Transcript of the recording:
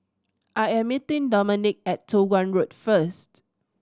I am meeting Domonique at Toh Guan Road first